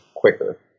quicker